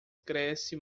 cresce